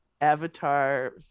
Avatar